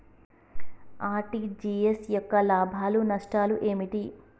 RTGS యొక్క లాభాలు నష్టాలు ఏమిటి?